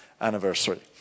anniversary